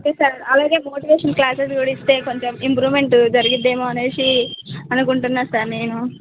okay sir అలాగే motivation classes కూడా ఇస్తే కొంచెం ఇంప్రూవ్మెంట్ జరుగుతుందేమో అనేసి అనుకుంటున్నా సార్ నేను